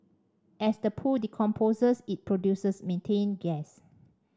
as the poo decomposes it produces methane gas